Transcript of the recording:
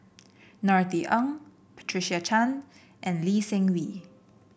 Norothy Ng Patricia Chan and Lee Seng Wee